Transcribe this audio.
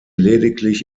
lediglich